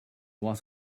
was